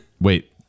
Wait